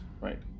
Right